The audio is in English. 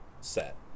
set